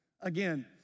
again